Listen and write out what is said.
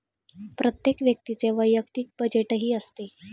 प्रत्येक व्यक्तीचे वैयक्तिक बजेटही असते